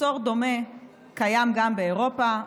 מחסור דומה קיים גם באירופה,